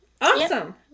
awesome